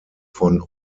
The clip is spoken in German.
von